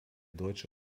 deutsche